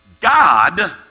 God